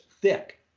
thick